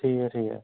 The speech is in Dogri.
ठीक ऐ ठीक ऐ